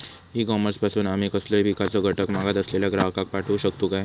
E commerce पासून आमी कसलोय पिकाचो घटक मागत असलेल्या ग्राहकाक पाठउक शकतू काय?